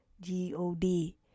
g-o-d